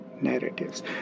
narratives